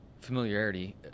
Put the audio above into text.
familiarity